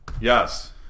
Yes